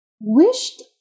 wished